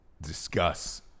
discuss